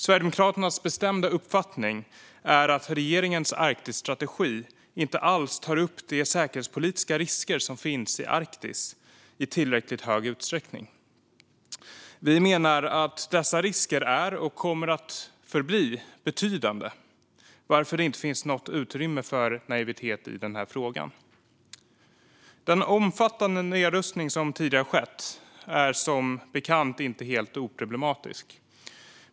Sverigedemokraternas bestämda uppfattning är att regeringens Arktisstrategi inte alls tar upp de säkerhetspolitiska risker som finns i Arktis i tillräckligt stor utsträckning. Vi menar att dessa risker är och kommer att förbli betydande, varför det inte finns något utrymme för naivitet i den här frågan. Den omfattande nedrustning som tidigare skett är som bekant inte helt oproblematisk.